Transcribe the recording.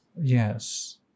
Yes